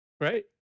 right